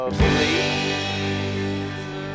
please